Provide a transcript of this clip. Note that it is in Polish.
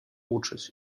uczyć